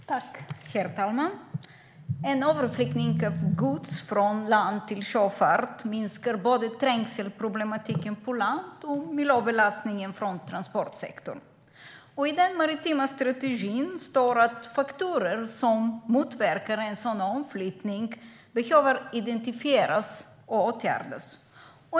Herr talman! En överflyttning av godstransporter från land till sjöfart minskar både trängselproblematiken på land och miljöbelastningen från transportsektorn. I den maritima strategin står det att faktorer som motverkar en sådan omflyttning behöver identifieras och åtgärdas.